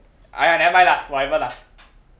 !aiya! nevermind lah whatever lah